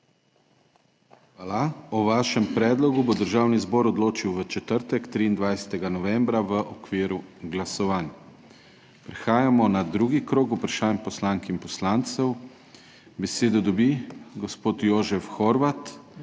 Hvala. O vašem predlogu bo Državni zbor odločil v četrtek, 23. novembra, v okviru glasovanj. Prehajamo na drugi krog vprašanj poslank in poslancev. Besedo dobi gospod Jožef Horvat,